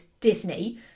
Disney